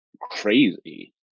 crazy